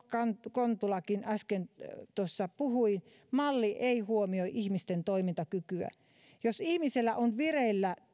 kontulakin äsken tuossa puhui malli ei huomioi ihmisten toimintakykyä jos ihmisellä on vireillä